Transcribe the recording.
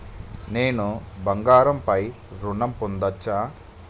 నేను బంగారం పై ఋణం పొందచ్చా?